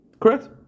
Correct